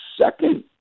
second